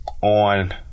on